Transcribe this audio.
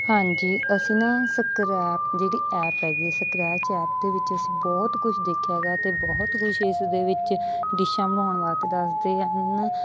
ਹਾਂਜੀ ਅਸੀਂ ਨਾ ਸਕਰੈਪ ਜਿਹੜੀ ਐਪ ਹੈਗੀ ਸਕਰੈਚ ਐਪ ਦੇ ਵਿੱਚ ਅਸੀਂ ਬਹੁਤ ਕੁਝ ਦੇਖਿਆ ਹੈਗਾ ਅਤੇ ਬਹੁਤ ਕੁਝ ਇਸ ਦੇ ਵਿੱਚ ਡਿਸ਼ਾਂ ਬਣਾਉਣ ਵਾਸਤੇ ਦੱਸਦੇ ਹਨ